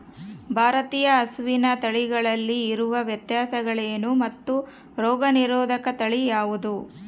ಭಾರತೇಯ ಹಸುವಿನ ತಳಿಗಳಲ್ಲಿ ಇರುವ ವ್ಯತ್ಯಾಸಗಳೇನು ಮತ್ತು ರೋಗನಿರೋಧಕ ತಳಿ ಯಾವುದು?